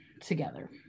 together